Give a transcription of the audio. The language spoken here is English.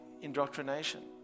indoctrination